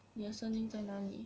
你的声音在哪里